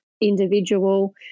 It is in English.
individual